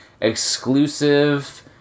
exclusive